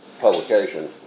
publication